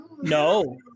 No